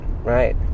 right